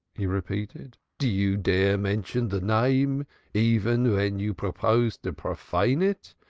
he repeated. do you dare mention the name even when you propose to profane it?